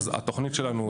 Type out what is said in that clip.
התוכנית שלנו,